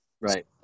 Right